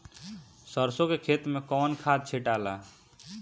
सरसो के खेती मे कौन खाद छिटाला?